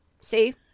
See